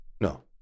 No